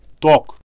talk